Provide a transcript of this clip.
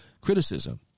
criticism